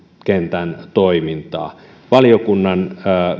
kentän toimintaa valiokunnan